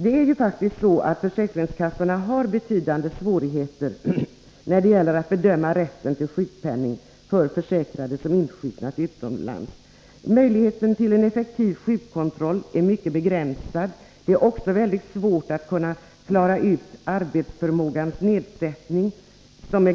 Det är ju faktiskt så att försäkringskassorna har betydande svårigheter när det gäller att bedöma rätten till sjukpenning för försäkrade som insjuknat utomlands. Möjligheten till effektiv sjukkontroll är mycket begränsad. Det är också mycket svårt att på